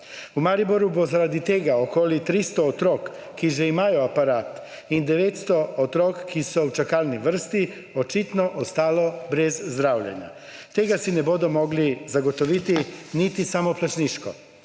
V Mariboru bo zaradi tega okoli 300 otrok, ki že imajo aparat, in 900 otrok, ki so v čakalni vrsti, očitno ostalo brez zdravljenja. Tega si ne bodo mogli zagotoviti niti samoplačniško.